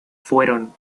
fueron